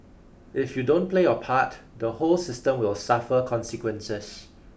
if you don't play your part the whole system will suffer consequences